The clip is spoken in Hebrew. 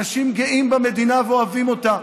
אנשים גאים במדינה ואוהבים אותה.